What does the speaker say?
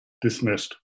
dismissed